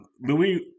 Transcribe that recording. louis